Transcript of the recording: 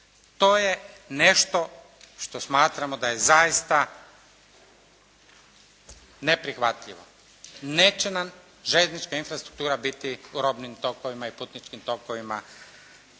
To je nešto što smatramo da je zaista neprihvatljivo. Neće nam željeznička infrastruktura biti u robnim tokovima i putničkim tokovima